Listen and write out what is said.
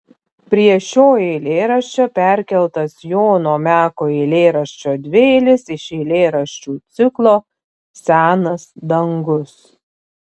prie šio eilėraščio perkeltas jono meko eilėraščio dvieilis iš eilėraščių ciklo senas dangus